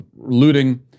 looting